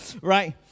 right